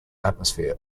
atmosphere